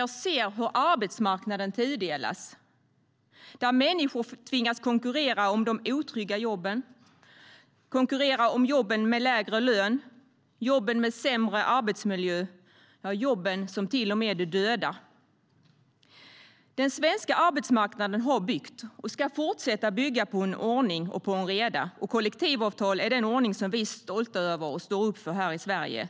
Jag ser hur arbetsmarknaden tudelas och människor tvingas konkurrera om de otrygga jobben, jobben med lägre lön, jobben med sämre arbetsmiljö och till och med jobben som dödar. Den svenska arbetsmarknaden har byggt och ska fortsätta att bygga på ordning och reda. Kollektivavtal är den ordning som vi är stolta över och står upp för här i Sverige.